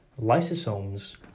Lysosomes